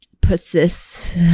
persist